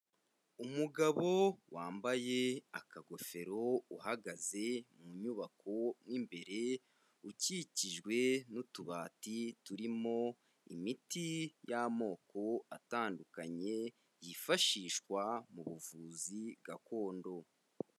Umugabo wambaye akagofero uhagaze mu nyubako mwimbere ukikijwe n'utubati turimo imiti y'amoko atandukanye yifashishwa mu buvuzi gakondo.